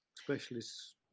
specialists